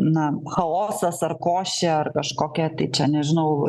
na chaosas ar košė ar kažkokia tai čia nežinau